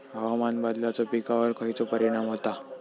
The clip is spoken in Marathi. हवामान बदलाचो पिकावर खयचो परिणाम होता?